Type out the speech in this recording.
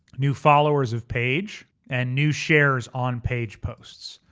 new followers of page and new shares on page posts.